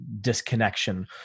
disconnection